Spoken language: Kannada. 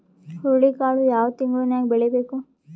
ಹುರುಳಿಕಾಳು ಯಾವ ತಿಂಗಳು ನ್ಯಾಗ್ ಬೆಳಿಬೇಕು?